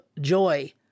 joy